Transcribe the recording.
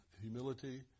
humility